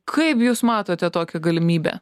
kaip jūs matote tokią galimybę